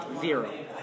Zero